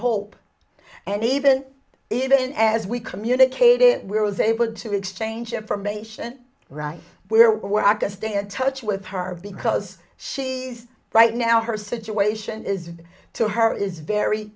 hope and even even as we communicate it was able to exchange information right where we're at a stand touch with her because she is right now her situation is to her is very